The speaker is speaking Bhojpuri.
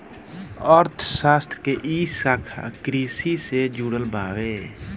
अर्थशास्त्र के इ शाखा कृषि से जुड़ल बावे